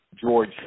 George